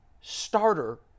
starter